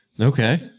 Okay